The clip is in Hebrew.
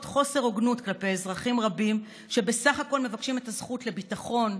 חוסר הוגנות כלפי אזרחים רבים שבסך הכול מבקשים את הזכות לביטחון,